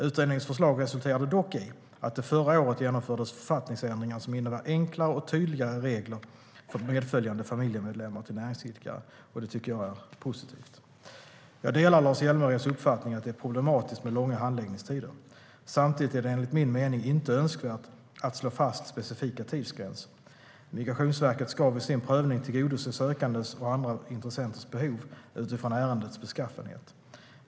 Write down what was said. Utredningens förslag resulterade dock i att det förra året genomfördes författningsändringar som innebär enklare och tydligare regler för medföljande familjemedlemmar till näringsidkare. Det tycker jag är positivt. Jag delar Lars Hjälmereds uppfattning att det är problematiskt med långa handläggningstider. Samtidigt är det enligt min mening inte önskvärt att slå fast specifika tidsgränser. Migrationsverket ska vid sin prövning tillgodose sökandens och andra intressenters behov, utifrån ärendets beskaffenhet.